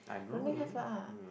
don't think have lah